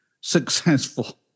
successful